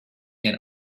and